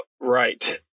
right